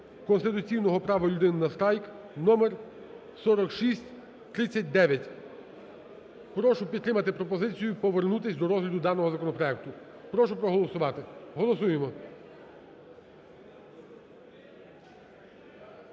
конституційного права людини на страйк, номер 4639. Прошу підтримати пропозицію повернутись до розгляду даного законопроекту. Прошу проголосувати, голосуємо.